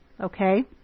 okay